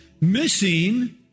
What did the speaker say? Missing